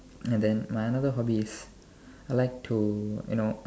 and then my another hobby is I like to you know